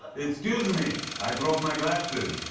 excuse me. i dropped my glasses.